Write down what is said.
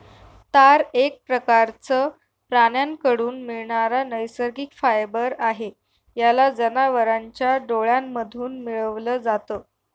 तार एक प्रकारचं प्राण्यांकडून मिळणारा नैसर्गिक फायबर आहे, याला जनावरांच्या डोळ्यांमधून मिळवल जात